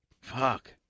Fuck